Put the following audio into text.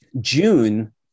June